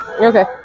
Okay